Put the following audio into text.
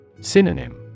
Synonym